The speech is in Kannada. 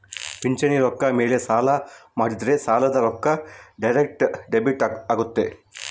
ಪಿಂಚಣಿ ರೊಕ್ಕ ಮೇಲೆ ಸಾಲ ಮಾಡಿದ್ರಾ ಸಾಲದ ರೊಕ್ಕ ಡೈರೆಕ್ಟ್ ಡೆಬಿಟ್ ಅಗುತ್ತ